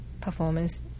performance